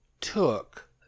took